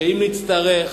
שאם נצטרך,